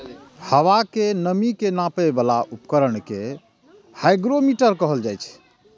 हवा के नमी के नापै बला उपकरण कें हाइग्रोमीटर कहल जाइ छै